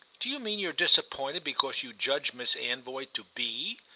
do you mean you're disappointed because you judge miss anvoy to be?